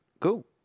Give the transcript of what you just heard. Cool